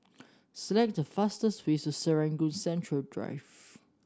select the fastest way to Serangoon Central Drive